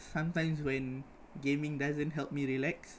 sometimes when gaming doesn't help me relax